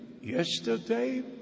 yesterday